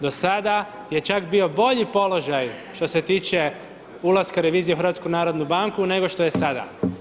Do sada je čak bio bolji položaj što se tiče ulaska revizije u HNB nešto je sada.